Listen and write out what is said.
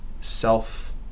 Self